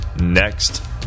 next